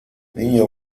niña